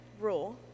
rule